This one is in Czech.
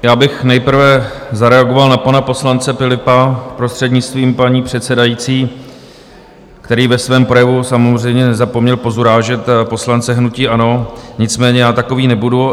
Já bych nejprve zareagoval na poslance Philippa, prostřednictvím paní předsedající, který ve svém projevu samozřejmě nezapomněl pozurážet poslance hnutí ANO, nicméně já takový nebudu.